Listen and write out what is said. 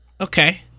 Okay